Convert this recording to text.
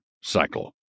cycle